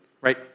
right